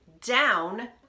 down